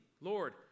Lord